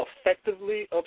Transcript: effectively